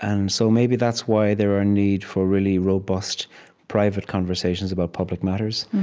and so maybe that's why there are a need for really robust private conversations about public matters.